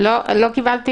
קיבלנו